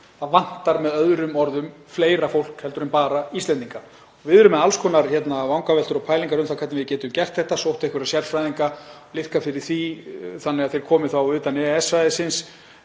Það vantar með öðrum orðum fleira fólk en bara Íslendinga. Við erum með alls konar vangaveltur og pælingar um það hvernig við getum gert þetta, sótt einhverja sérfræðinga og liðkað fyrir því að þeir geti komið utan EES-svæðisins.